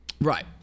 Right